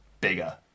Bigger